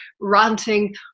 ranting